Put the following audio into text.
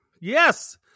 Yes